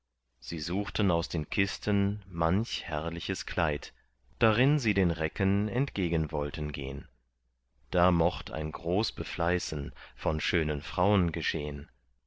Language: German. sie suchten aus den kisten manch herrliches kleid darin sie den recken entgegen wollten gehn da mocht ein groß befleißen von schönen fraun geschehn